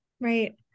Right